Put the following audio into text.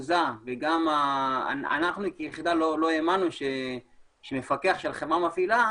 אנחנו כיחידה לא האמנו שמפקח של חברה מפעילה